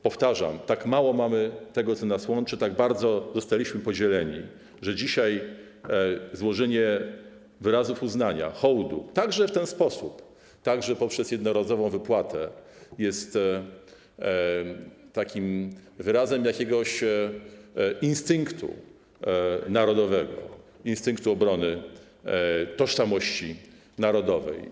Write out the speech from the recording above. Powtarzam, tak mało jest tego, co nas łączy, tak bardzo jesteśmy podzieleni, że dzisiaj złożenie wyrazów uznania, hołdu także w ten sposób, także przez jednorazową wypłatę, jest wyrazem jakiegoś instynktu narodowego, chęci obrony tożsamości narodowej.